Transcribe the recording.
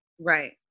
right